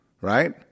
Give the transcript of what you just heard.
right